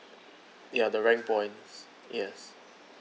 ya the rank points yes